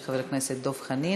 של חבר הכנסת דב חנין,